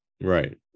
Right